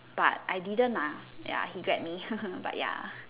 but I didn't lah ya he grab me but ya